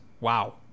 wow